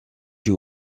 you